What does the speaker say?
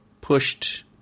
pushed